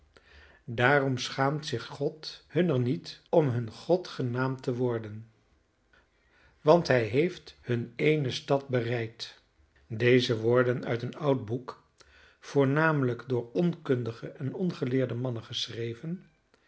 daarom schaamt zich god hunner niet om hun god genaamd te worden want hij heeft hun eene stad bereid deze woorden uit een oud boek voornamelijk door onkundige en ongeleerde mannen geschreven